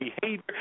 behavior